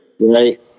right